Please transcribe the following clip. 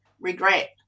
regret